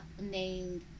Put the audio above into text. named